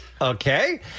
Okay